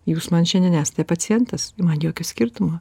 jūs man šiandien esate pacientas man jokio skirtumo